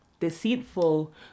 deceitful